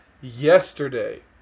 yesterday